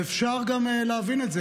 ואפשר גם להבין את זה.